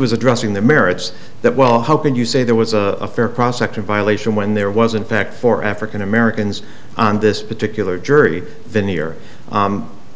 was addressing the merits that well how can you say there was a fair prospect of violation when there wasn't fact for african americans on this particular jury veneer